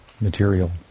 material